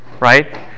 right